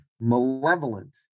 malevolent